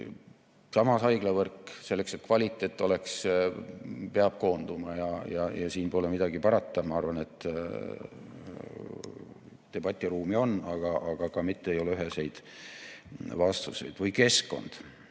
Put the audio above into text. Samas, haiglavõrk, selleks et kvaliteeti oleks, peab koonduma. Siin pole midagi parata. Ma arvan, et debatiruumi on, aga ei ole ka üheseid vastuseid. Või keskkond.